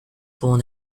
born